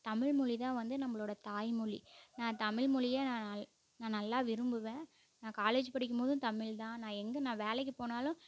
தமிழ்மொழி தான் வந்து நம்மளோட தாய்மொழி நான் தமில்மொலிய நான் நல் நான் நல்லா விரும்புவேன் நான் காலேஜ் படிக்கும் போதும் தமிழ் தான் நான் எங்கே நான் வேலைக்கு போனாலும்